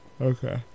Okay